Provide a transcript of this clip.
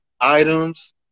items